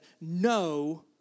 no